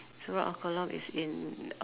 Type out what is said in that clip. surah Al-Qalam is in